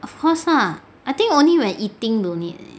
of course lah I think only when eating don't need eh